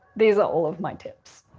these are all of my tips.